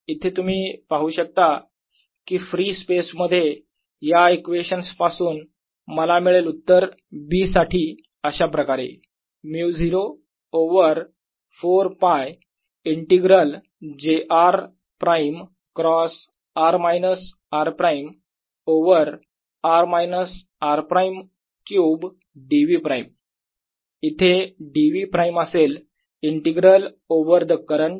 इथे तुम्ही पाहू शकता की फ्री स्पेस मध्ये या इक्वेशन्स पासून मला मिळेल उत्तर B साठी अशाप्रकारे μ0 over 4 π integral j r prime cross r minus r prime over r minus r prime cube dv prime इथे dv प्राईम असेल इंटिग्रल ओव्हर द करंट